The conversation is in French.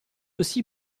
aussi